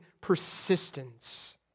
persistence